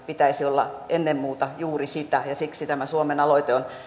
pitäisi olla ennen muuta juuri sitä ja siksi tämä suomen aloite on